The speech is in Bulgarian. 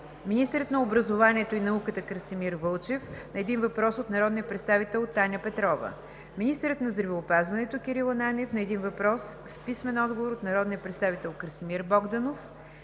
министърът на образованието и науката Красимир Вълчев – на един въпрос от народния представител Таня Петрова; - министърът на здравеопазването Кирил Ананиев – на един въпрос с писмен отговор от народния представител Красимир Богданов.